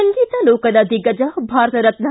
ಸಂಗೀತ ಲೋಕದ ದಿಗ್ಗಜ ಭಾರತರತ್ನ